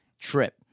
trip